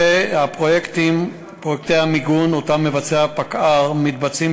הפרויקטים של המיגון שמבצע פקע"ר מתבצעים